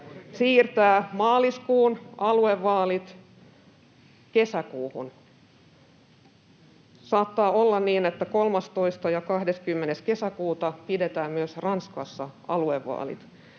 siirtää maaliskuun aluevaalit kesäkuuhun. Saattaa olla niin, että 13. ja 20. kesäkuuta pidetään myös Ranskassa aluevaalit.